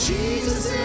Jesus